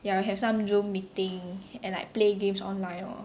ya we have some Zoom meeting and like play games online lor